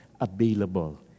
available